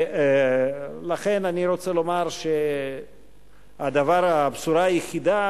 לכן אני רוצה לומר שהבשורה היחידה,